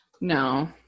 No